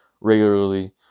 regularly